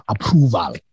approval